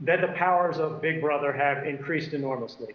that the powers of big brother have increased enormously.